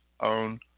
own